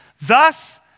Thus